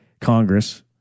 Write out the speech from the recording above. Congress